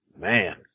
Man